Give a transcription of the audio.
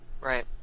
right